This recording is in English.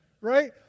right